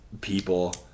people